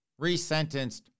resentenced